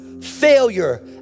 Failure